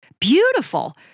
beautiful